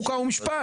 חוקה ומשפט?